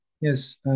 Yes